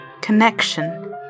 Connection